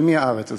של מי הארץ הזאת.